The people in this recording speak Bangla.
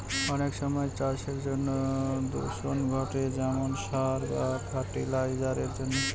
অনেক সময় চাষের জন্য দূষণ ঘটে যেমন সার বা ফার্টি লাইসারের জন্য